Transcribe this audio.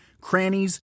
crannies